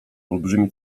olbrzymi